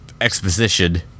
exposition